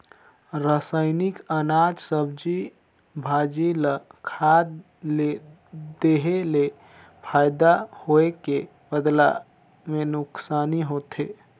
रसइनिक अनाज, सब्जी, भाजी ल खाद ले देहे ले फायदा होए के बदला मे नूकसानी होथे